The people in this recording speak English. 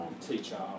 teacher